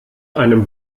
einem